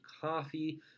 coffee